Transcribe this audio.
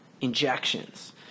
injections